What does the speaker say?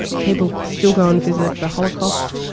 people still go and visit the holocaust,